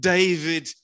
David